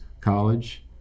college